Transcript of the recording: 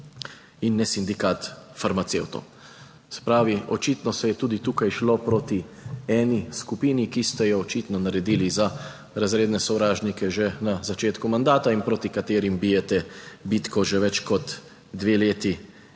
in ne Sindikat farmacevtov. Se pravi, očitno se je tudi tukaj šlo proti eni skupini, ki ste jo očitno naredili za razredne sovražnike že na začetku mandata in proti katerim bijete bitko že več kot dve leti